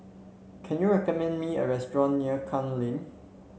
can you recommend me a restaurant near Klang Lane